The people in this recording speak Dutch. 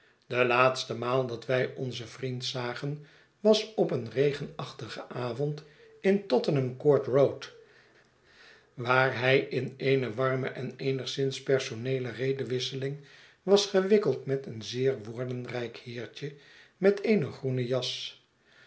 de laatste maal dat wij onzen vriend zagen was op een regenachtigen avond in tottenham court road waar hij in eene warme en eenigszins personeele i edewisseling was gewikkeld met een zeer woordenrijk heertje met eene groene jas